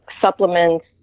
supplements